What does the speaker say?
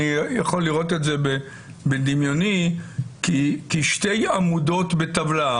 אני יכול לראות את זה בדמיוני כשתי עמודות בטבלה.